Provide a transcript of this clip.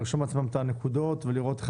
לרשום לעצמם את הנקודות ולראות איך